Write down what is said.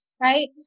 Right